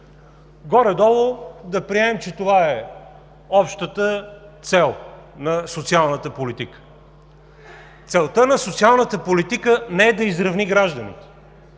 Горе-долу да приемем, че това е общата цел на социалната политика. Целта на социалната политика не е да изравни гражданите